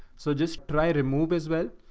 so just try, remove as well.